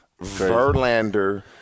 Verlander